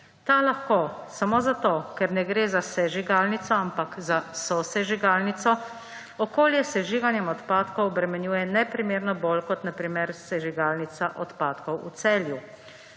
Ta lahko samo zato, ker ne gre za sežigalnico, ampak za sosežigalnico, okolje s sežiganjem odpadkov obremenjuje neprimerno bolj kot na primer sežigalnica odpadkov v Celju.